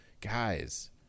guys